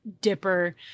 Dipper